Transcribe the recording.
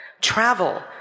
travel